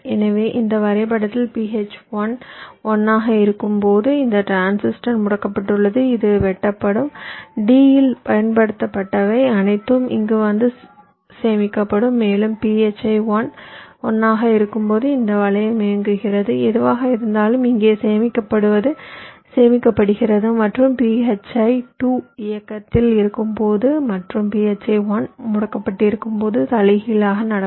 எனவே இந்த வரைபடத்தில் phi 1 1 ஆக இருக்கும்போது இந்த டிரான்சிஸ்டர் முடக்கப்பட்டுள்ளது இது வெட்டப்பட்டு D இல் பயன்படுத்தப்பட்டவை அனைத்தும் இங்கு வந்து இங்கே சேமிக்கப்படும் மேலும் phi 1 1 ஆக இருக்கும்போது இந்த வளையம் இயங்குகிறது எதுவாக இருந்தாலும் இங்கே சேமிக்கப்படுவது சேமிக்கப்படுகிறது மற்றும் phi 2 இயக்கத்தில் இருக்கும்போது மற்றும் phi 1 முடக்கப்பட்டிருக்கும் போது தலைக்கீழாக நடக்கும்